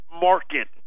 market